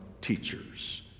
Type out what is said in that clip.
teachers